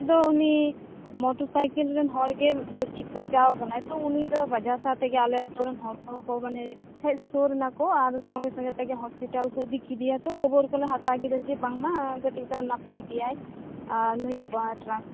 ᱟᱫᱚ ᱩᱱᱤ motorcycle ᱨᱤᱱ ᱦᱚᱲ ᱜᱮ ᱵᱮᱥᱤ ᱵᱟᱡᱟᱣᱟᱠᱟᱱᱟᱭ ᱛᱚ ᱩᱱᱤ ᱫᱚ ᱵᱟᱡᱟᱣ ᱥᱟᱶᱛᱮᱜᱮ ᱟᱞᱮ ᱟ ᱛᱩᱨᱤᱱ ᱦᱚᱲ ᱠᱚᱦᱚᱸ ᱠᱚ ᱢᱟᱱᱮ ᱦᱮᱡ ᱥᱩᱨᱮᱱᱟᱠᱚ ᱟᱨ ᱥᱚᱝᱜᱮ ᱥᱚᱝᱜᱮ ᱛᱮᱜᱮ ᱦᱚᱥᱯᱤᱴᱟᱞ ᱠᱚ ᱤᱫᱤ ᱠᱮᱫᱮᱭᱟ ᱛᱚ ᱠᱷᱚᱵᱚᱨ ᱠᱚᱞᱮ ᱦᱟᱛᱟᱣ ᱠᱮᱫᱟ ᱡᱮ ᱵᱟᱝᱢᱟ ᱠᱟ ᱴᱤᱡ ᱫᱚ ᱱᱟᱯᱟᱭ ᱜᱮᱭᱟᱭ ᱟᱨ ᱱᱩᱭ ᱴᱨᱟᱸᱠ